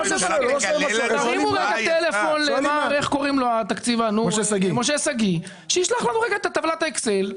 תרימו טלפון למשה שגיא שישלח לנו את טבלת האקסל.